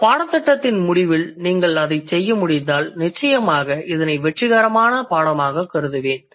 இந்த பாடத்திட்டத்தின் முடிவில் நீங்கள் அதைச் செய்ய முடிந்தால் நிச்சயமாக இதனை வெற்றிகரமான பாடமாக கருதுவேன்